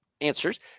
answers